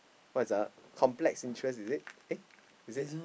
what's the complex interest is it eh is it